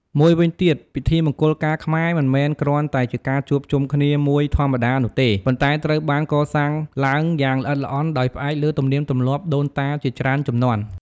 មួយវិញទៀត ពិធីមង្គលការខ្មែរមិនមែនគ្រាន់តែជាការជួបជុំគ្នាមួយធម្មតានោះទេ ប៉ុន្តែត្រូវបានកសាងឡើងយ៉ាងល្អិតល្អន់ដោយផ្អែកលើទំនៀមទម្លាប់ដូនតាជាច្រើនជំនាន់។